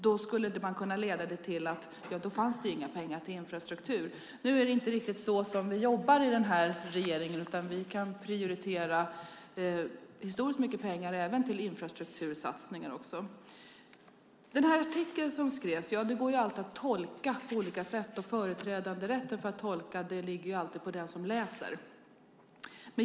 Det skulle man kunna få till att det inte fanns några pengar till infrastruktur. Men det är inte riktigt så vi jobbar i regeringen, utan vi kan prioritera historiskt sett mycket pengar även till infrastruktursatsningar. Den artikel som skrevs går alltid att tolka på olika sätt. Företrädesrätten för att tolka ligger alltid hos den som läser.